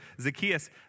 Zacchaeus